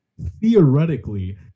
theoretically